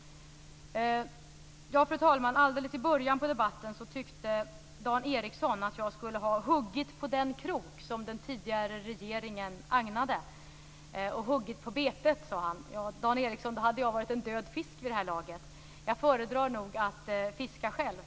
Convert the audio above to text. Fru talman! I början av debatten tyckte Dan Ericsson att jag borde ha huggit på den krok som den tidigare regeringen agnade. Jag borde huggit på betet, sade han. Ja, Dan Ericsson då hade jag varit en död fisk vid det här laget. Jag föredrar nog att fiska själv.